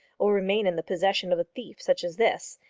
or remain in the possession of a thief such as this,